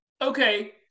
okay